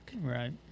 Right